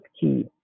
key